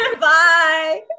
Bye